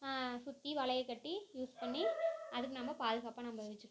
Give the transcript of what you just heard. சுற்றி வலையை கட்டி யூஸ் பண்ணி அதுக்கு நம்ம பாதுகாப்பாக நம்ம வச்சிக்குவோம்